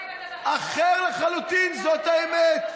אחר לחלוטין, זאת האמת.